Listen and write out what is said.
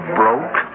broke